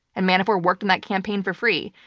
and manafort worked in that campaign for free.